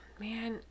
Man